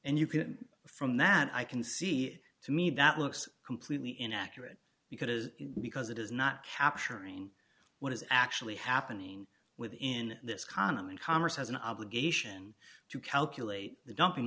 and you can from that i can see to me that looks completely inaccurate because because it is not capturing what is actually happening within this condom and congress has an obligation to calculate the dumping